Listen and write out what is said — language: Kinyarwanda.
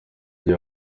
gihe